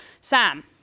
Sam